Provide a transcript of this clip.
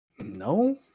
No